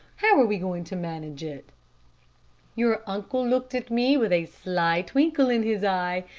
how are we going to manage it your uncle looked at me with a sly twinkle in his eye,